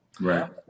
Right